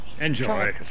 Enjoy